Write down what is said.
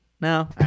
no